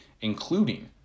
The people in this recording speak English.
including